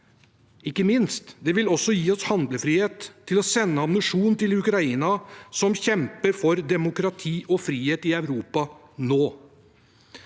Ikke minst vil det gi oss handlefrihet til å sende ammunisjon til Ukraina, som kjemper for demokrati og frihet i Europa nå.